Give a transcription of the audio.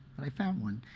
but i found one,